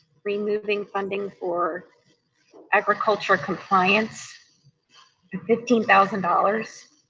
removing funding for agriculture compliance fifteen thousand dollars,